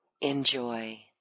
enjoy